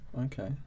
Okay